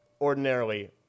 ordinarily